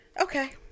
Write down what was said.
okay